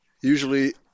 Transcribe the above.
usually